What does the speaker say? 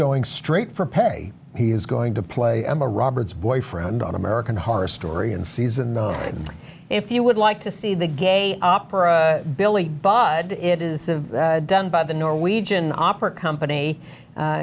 going straight for pe he is going to play emma roberts boyfriend on american horror story in season if you would like to see the gay opera billy budd it is done by the norwegian opera company